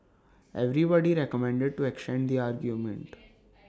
everybody recommended to extend the agreement